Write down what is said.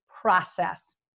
process